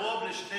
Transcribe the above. חוק